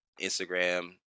instagram